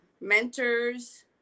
mentors